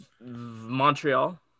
Montreal